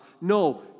No